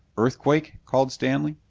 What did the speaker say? earthquake? called stanley.